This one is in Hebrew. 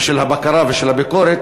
ושל הבקרה ושל הביקורת,